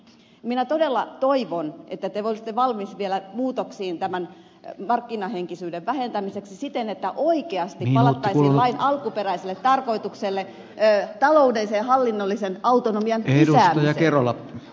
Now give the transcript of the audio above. minä todella toivon että te olisitte vielä valmis muutoksiin tämän markkinahenkisyyden vähentämiseksi siten että oikeasti palattaisiin lain alkuperäiseen tarkoitukseen taloudellisen ja hallinnollisen autonomian lisäämiseen